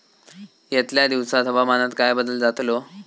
यतल्या दिवसात हवामानात काय बदल जातलो?